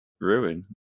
ruin